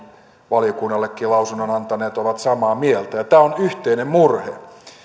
valiokunnallekin lausunnon antaneet ovat samaa mieltä tämä on yhteinen murhe